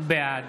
בעד